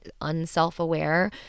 unself-aware